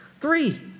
Three